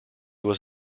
was